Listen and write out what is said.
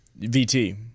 VT